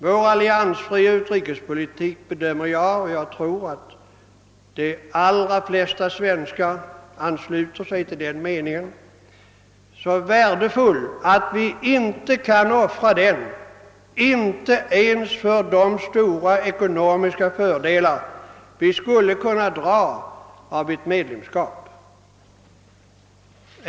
Vår alli ansfria utrikespolitik bedömer jag — och jag tror att de allra flesta svenskar ansluter sig till den meningen — som så värdefull att vi inte kan offra den, inte ens för de stora ekonomiska fördelar vi skulle kunna vinna genom ett medlemskap.